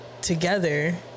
together